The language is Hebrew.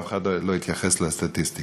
ואף אחד לא יתייחס לסטטיסטיקה.